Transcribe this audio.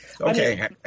okay